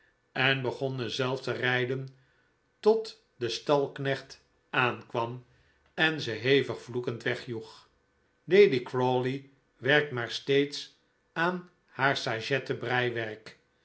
en begonnen zelf te rijden tot de stalknecht aankwam en ze hevig vloekend wegjoeg lady crawley werkt maar steeds aan haar sajetten breiwerk